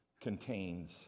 contains